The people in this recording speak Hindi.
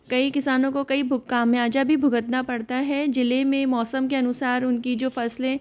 कई किसानों को कई खामियाजा भी भुगतना पड़ता है जिले में मौसम के अनुसार उनकी जो फसलें